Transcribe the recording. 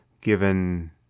given